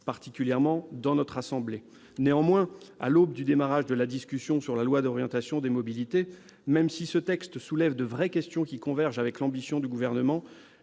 particulièrement dans notre assemblée. Néanmoins, nous sommes à l'aube du démarrage de la discussion sur la loi d'orientation des mobilités. Même si ce texte soulève de vraies questions, qui convergent avec l'ambition du Gouvernement,